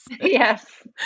Yes